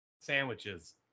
sandwiches